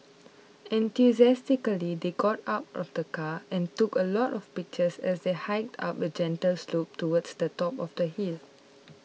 enthusiastically they got out of the car and took a lot of pictures as they hiked up a gentle slope towards the top of the hill